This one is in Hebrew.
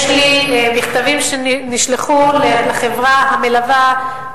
יש לי מכתבים שנשלחו לחברה המלווה,